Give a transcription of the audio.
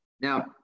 Now